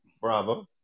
Bravo